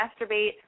masturbate